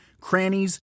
crannies